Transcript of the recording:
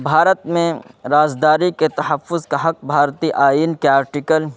بھارت میں راز داری کے تحفظ کا حق بھارتی آئ ین کے آرٹیکل